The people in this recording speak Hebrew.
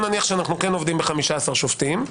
נניח שאנחנו עובדים ב-15 שופטים.